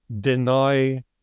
deny